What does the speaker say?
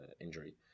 injury